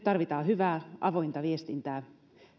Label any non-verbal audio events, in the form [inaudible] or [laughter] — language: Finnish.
[unintelligible] tarvitaan hyvää avointa viestintää